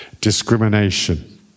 discrimination